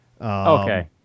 Okay